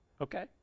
Okay